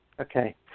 Okay